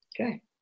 Okay